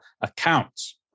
accounts